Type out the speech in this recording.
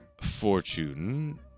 fortune